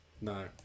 no